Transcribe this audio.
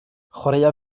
chwaraea